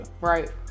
right